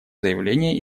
заявление